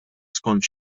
skont